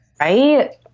right